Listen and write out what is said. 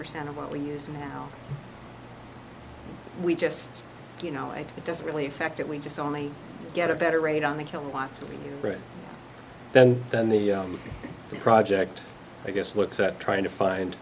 percent of what we use now we just you know i think it doesn't really affect it we just only get a better rate on the kilowatts right then than the project i guess looks at trying to find